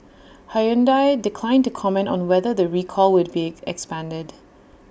Hyundai declined to comment on whether the recall would be expanded